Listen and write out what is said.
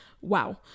wow